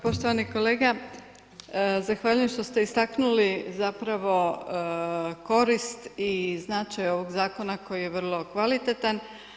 Poštovani kolega, zahvaljujem što ste istaknuli zapravo korist i značaj ovog zakona koji je vrlo kvalitetan.